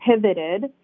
pivoted